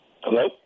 Hello